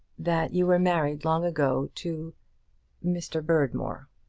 that you were married long ago to mr. berdmore.